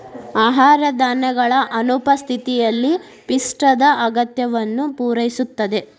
ಆಹಾರ ಧಾನ್ಯಗಳ ಅನುಪಸ್ಥಿತಿಯಲ್ಲಿ ಪಿಷ್ಟದ ಅಗತ್ಯವನ್ನು ಪೂರೈಸುತ್ತದೆ